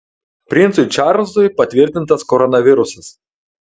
princui čarlzui patvirtintas koronavirusas